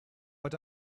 but